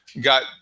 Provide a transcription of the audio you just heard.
got